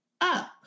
up